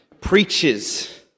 preaches